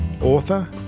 author